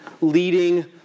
leading